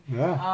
ya lah